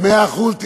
מאה אחוז,